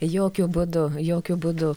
jokiu būdu jokiu būdu